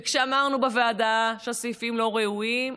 וכשאמרנו בוועדה שהסעיפים לא ראויים,